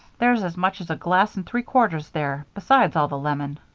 there's as much as a glass and three quarters there, besides all the lemon.